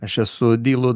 aš esu dylu